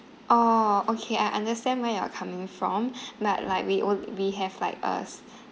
orh okay I understand where you're coming from but like we ol~ we have like uh